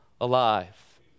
alive